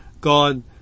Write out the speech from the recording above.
God